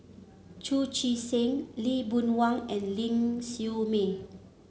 Chu Chee Seng Lee Boon Wang and Ling Siew May